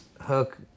hook